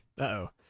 Uh-oh